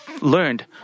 learned